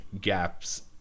gaps